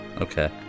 Okay